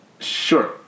Sure